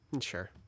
Sure